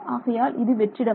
ஆகையால் இது வெற்றிடம்